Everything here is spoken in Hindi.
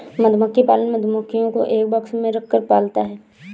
मधुमक्खी पालक मधुमक्खियों को एक बॉक्स में रखकर पालता है